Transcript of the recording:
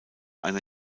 einer